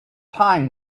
time